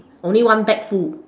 only one bag full